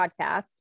podcast